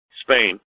Spain